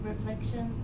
Reflection